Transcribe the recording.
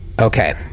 Okay